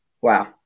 Wow